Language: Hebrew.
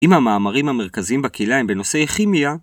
אם המאמרים המרכזיים בקהילה הם בנושאי כימיה...